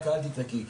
רק אל תצעקי,